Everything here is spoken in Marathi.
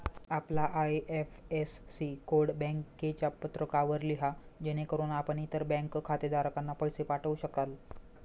आपला आय.एफ.एस.सी कोड बँकेच्या पत्रकावर लिहा जेणेकरून आपण इतर बँक खातेधारकांना पैसे पाठवू शकाल